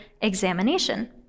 examination